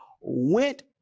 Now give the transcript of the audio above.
went